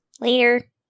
Later